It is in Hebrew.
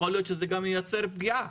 יכול להיות שזה גם ייצר פגיעה,